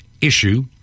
issue